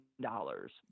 dollars